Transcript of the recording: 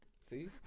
See